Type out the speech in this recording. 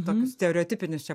tokius stereotipinius čia